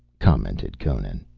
commented conan,